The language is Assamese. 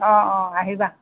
অঁ অঁ আহিবা